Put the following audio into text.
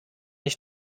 ich